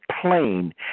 plain